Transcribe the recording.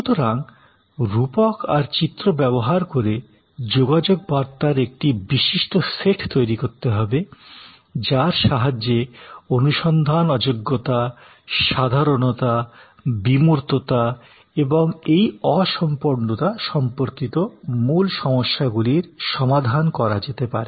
সুতরাং রূপক আর চিত্র ব্যবহার করে যোগাযোগ বার্তার একটি বিশিষ্ট সেট তৈরি করতে হবে যার সাহায্যে অনুসন্ধান অযোগ্যতা সাধারণতা বিমূর্ততা এবং এই অসম্পূর্ণতা সম্পর্কিত মূল সমস্যাগুলির সমাধান করা যেতে পারে